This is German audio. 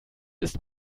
ist